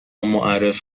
معرف